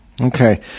Okay